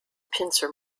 pincer